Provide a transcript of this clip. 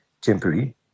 temporary